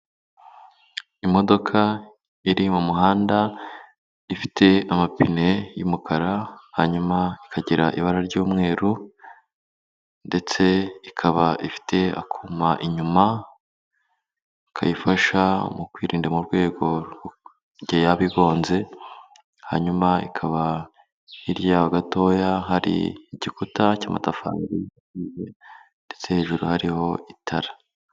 Imodoka iri mu muhanda ifite amapine y'umukara, hanyuma ikagira ibara ry'umweru ndetse ikaba ifite akuma inyuma kayifasha mu kwirinda mu rwego igihe yaba igonze, hanyuma ikaba hirya yaho gatoya hari igikuta cy'amatafari ndetse hejuru hariho itara.